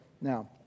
Now